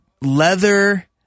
leather